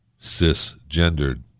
cisgendered